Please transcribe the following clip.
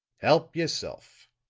help yourself.